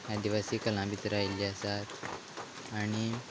आदिवासी कला भितर आयिल्ली आसात आनी